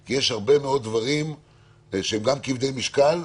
כי יש הרבה מאוד דברים שהם גם כבדי משקל,